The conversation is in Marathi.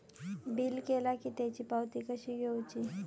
बिल केला की त्याची पावती कशी घेऊची?